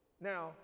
Now